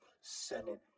Senate